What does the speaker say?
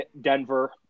Denver